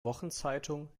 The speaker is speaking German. wochenzeitung